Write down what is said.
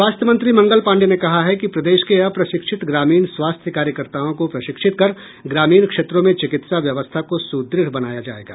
स्वास्थ्य मंत्री मंगल पाण्डेय ने कहा है कि प्रदेश के अप्रशिक्षित ग्रामीण स्वास्थ्य कार्यकर्ताओं को प्रशिक्षित कर ग्रामीण क्षेत्रों में चिकित्सा व्यवस्था को सुदृढ़ बनाया जाएगा